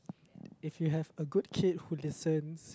if you have a good kid who listens